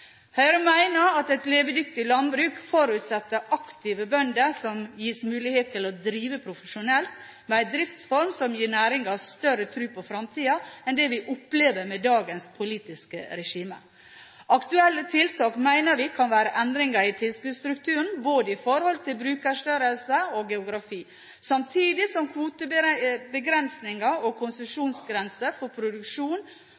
Høyre mener at et levedyktig landbruk forutsetter aktive bønder som gis mulighet til å drive profesjonelt med en driftsform som gir næringen større tro på fremtiden enn det vi opplever med dagens politiske regime. Aktuelle tiltak mener vi kan være endringer i tilskuddsstrukturen i forhold til både bruksstørrelser og geografi, samtidig som kvotebegrensninger og konsesjonsgrenser for produksjon fra enkeltbruk og